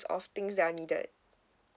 of things that are needed